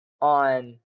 on